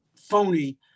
phony